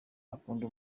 akunda